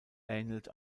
ähnelt